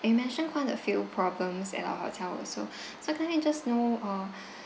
you mentioned quite a few problems at our hotel also so can I just know uh